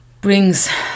brings